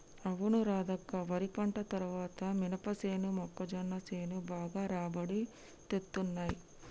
అవును రాధక్క వరి పంట తర్వాత మినపసేను మొక్కజొన్న సేను బాగా రాబడి తేత్తున్నయ్